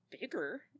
bigger